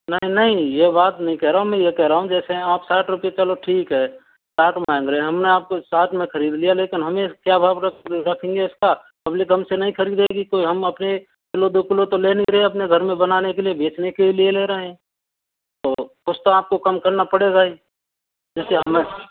नहीं नहीं ये बात नहीं कह रहा हूँ मैं ये कह रहा हूँ जैसे आप साठ रूपए चलो ठीक है बात मान रहे हैं हमने आपको साठ में खरीद लिया लेकिन हमें क्या भाव रखेंगे इसका पब्लिक हमसे नहीं खरीदेगी तो हम अपने किलो दो किलो तो ले नहीं रहे अपने घर में बनाने के लिए बेचने के लिए ले रहे हैं तो कुछ तो आपको कम करना पड़ेगा ही जैसे हमें